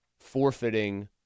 forfeiting